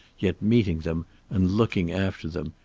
yet meeting them and looking after them,